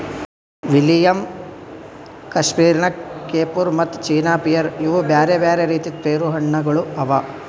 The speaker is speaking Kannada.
ವಿಲಿಯಮ್, ಕಶ್ಮೀರ್ ನಕ್, ಕೆಫುರ್ ಮತ್ತ ಚೀನಾ ಪಿಯರ್ ಇವು ಬ್ಯಾರೆ ಬ್ಯಾರೆ ರೀತಿದ್ ಪೇರು ಹಣ್ಣ ಗೊಳ್ ಅವಾ